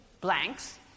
blanks